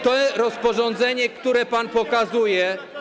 To rozporządzenie, które pan pokazuje.